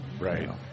Right